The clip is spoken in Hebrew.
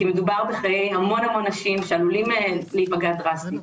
מדובר בחיי המון נשים שעלולות להיפגע דרסטית.